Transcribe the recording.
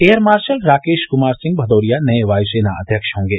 air marshal Rakesh Kumar Singh Bhadauria नये वायुसेना अध्यक्ष होंगे